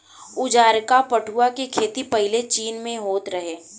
उजारका पटुआ के खेती पाहिले चीन में होत रहे